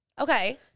Okay